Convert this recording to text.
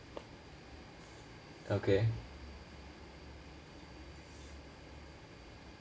okay